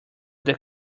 that